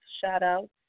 shout-outs